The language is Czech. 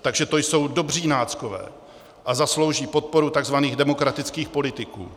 Takže to jsou dobří náckové a zaslouží podporu takzvaných demokratických politiků.